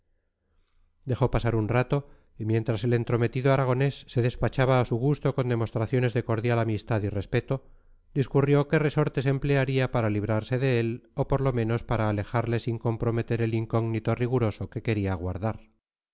dejó pasar un rato y mientras el entrometido aragonés se despachaba a su gusto con demostraciones de cordial amistad y respeto discurrió qué resortes emplearía para librarse de él o por lo menos para alejarle sin comprometer el incógnito riguroso que quería guardar